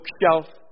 bookshelf